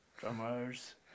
drummers